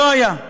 לא היו.